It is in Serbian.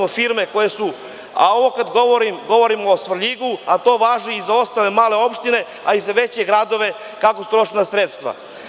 Ovo kada govorim, govorim o Svrljigu, a to važi i za ostale male opštine, a i za veće gradove, kako su trošena sredstva.